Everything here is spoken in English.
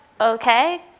okay